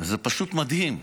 זה פשוט מדהים.